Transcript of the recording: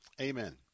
Amen